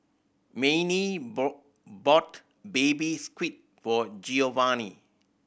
Mannie bought Baby Squid for Giovanni